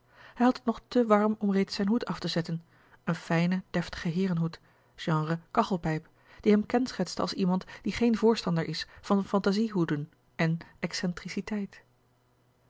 hij had het nog te warm om reeds zijn hoed af te zetten een fijnen deftigen heerenhoed genre kachelpijp die hem kenschetste als iemand die geen voorstander is van fantasiehoeden en